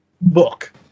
book